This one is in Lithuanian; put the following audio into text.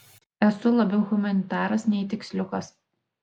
esu labiau humanitaras nei tiksliukas